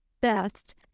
best